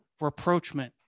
reproachment